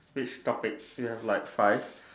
which topics you have like five